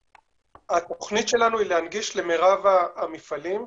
התכנית שלנו היא להנגיש למרב המפעלים.